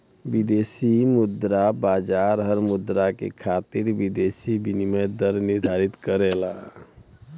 विदेशी मुद्रा बाजार हर मुद्रा के खातिर विदेशी विनिमय दर निर्धारित करला